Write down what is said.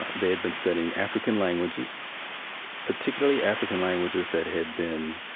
they had been studying african languages particularly african languages that had been